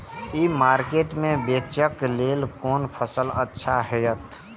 ई market में बेचेक लेल कोन फसल अच्छा होयत?